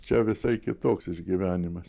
čia visai kitoks išgyvenimas